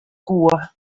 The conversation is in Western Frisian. koe